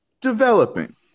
developing